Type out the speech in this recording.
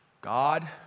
God